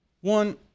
one